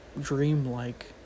dreamlike